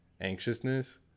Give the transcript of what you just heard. anxiousness